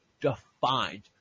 defined